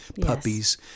puppies